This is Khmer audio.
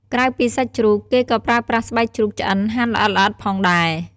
ក្រៅពីសាច់ជ្រូក គេក៏ប្រើប្រាស់ស្បែកជ្រូកឆ្អិនហាន់ល្អិតៗផងដែរ។